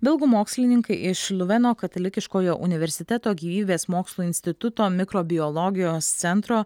belgų mokslininkai iš luveno katalikiškojo universiteto gyvybės mokslų instituto mikrobiologijos centro